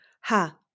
Ha